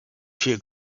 für